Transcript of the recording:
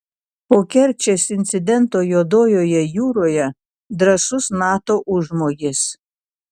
po kerčės incidento juodojoje jūroje drąsus nato užmojis